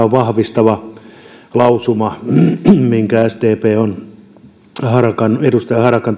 on tämä vahvistava lausuma minkä sdp on edustaja harakan